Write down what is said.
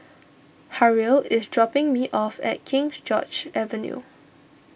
Harrell is dropping me off at King George's Avenue